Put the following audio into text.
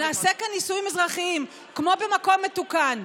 נעשה כאן נישואים אזרחיים כמו במקום מתוקן.